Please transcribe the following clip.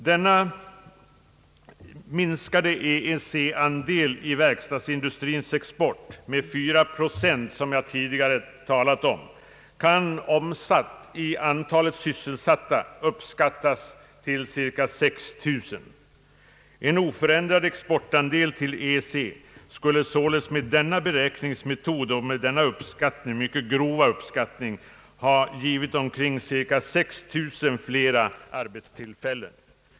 Den minskning av verkstadsindustrins export till EEC-området med fyra procent, som jag tidigare nämnde, kan, omsatt i antalet sysselsatta, uppskattas till cirka 6 000. En oförändrad exportandel till EEC skulle således med denna beräk ningsmetod ha givit cirka 6 000 fler arbetstillfällen.